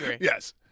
Yes